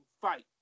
fight